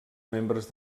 membres